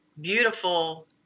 beautiful